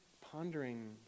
pondering